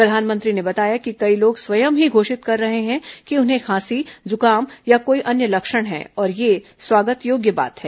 प्रधानमंत्री ने बताया कि कई लोग स्वयं ही घोषित कर रहे है कि उन्हें खांसी जुकाम या कोई अन्य लक्षण है और यह स्वागत योग्य बात है